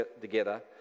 together